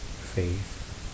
faith